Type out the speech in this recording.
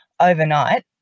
Overnight